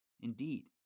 Indeed